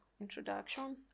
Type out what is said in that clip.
introduction